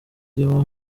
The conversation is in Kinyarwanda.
irimo